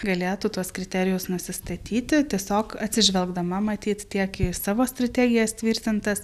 galėtų tuos kriterijus nusistatyti tiesiog atsižvelgdama matyt tiek į savo strategijas tvirtintas